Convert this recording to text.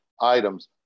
items